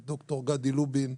את ד"ר גדי לובין,